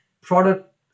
product